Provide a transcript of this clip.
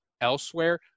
elsewhere